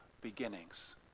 beginnings